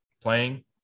playing